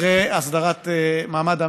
אחרי הסדרת מעמד המאמן.